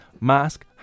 mask